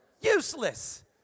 Useless